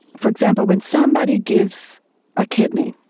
for example, when somebody gives a kidney,